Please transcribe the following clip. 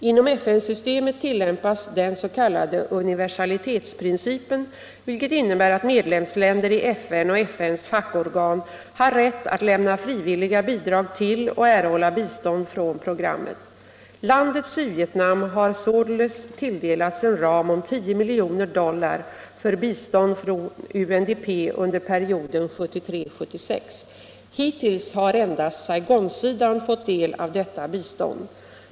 Inom FN-systemet tillämpas den s.k. universalitetsprincipen, vilket innebär att medlemsländer i FN och FN:s fackorgan har rätt att lämna frivilliga bidrag till och erhålla bistånd från programmet. Landet Sydvietnam har således tilldelats en ram om 10 miljoner dollar för bistånd från UNDP under perioden 1973-1976. Hittills har endast Saigonsidan fått del av detta bistånd.